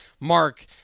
mark